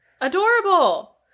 adorable